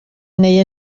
neu